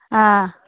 हां